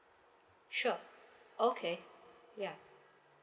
sure okay ya